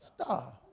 star